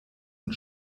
und